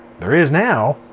there is now!